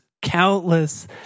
countless